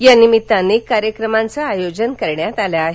या निम्मित अनेक कार्यक्रमांचं आयोजन करण्यात आलं आहे